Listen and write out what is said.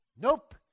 Nope